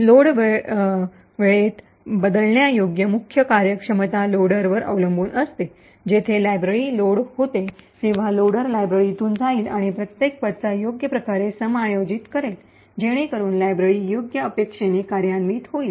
load वेळेत बदलण्यायोग्य मुख्य कार्यक्षमता लोडरवर अवलंबून असते जेथे लायब्ररी लोड होते तेव्हा लोडर लायब्ररीतून जाईल आणि प्रत्येक पत्ता योग्य प्रकारे समायोजित करेल जेणेकरून लायब्ररी योग्य अपेक्षेने कार्यान्वित एस्कीक्यूट executes होईल